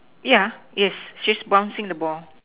yeah is she's bouncing the ball